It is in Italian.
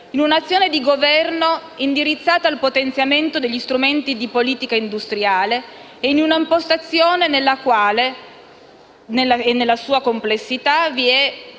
un'azione di Governo indirizzata al potenziamento degli strumenti di politica industriale. Si tratta di un'impostazione in cui, nella sua complessità, vi